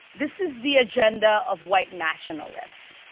this is the agenda of white nationalists,